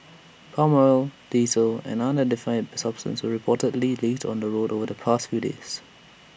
palm oil diesel and unidentified substance were reportedly leaked on the roads over the past few days